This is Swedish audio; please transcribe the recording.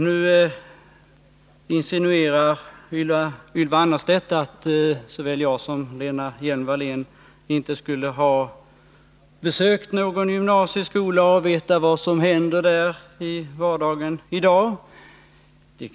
Ylva Annerstedt insinuerar att såväl jag som Lena Hjelm-Wallén inte skulle ha besökt någon gymnasieskola och veta vad som händer där i vardagen i dag.